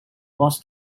was